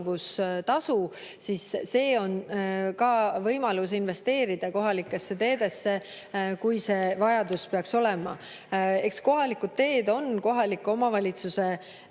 siis see on ka võimalus investeerida kohalikesse teedesse, kui see vajadus peaks olema. Eks kohalikud teed on kohaliku omavalitsuse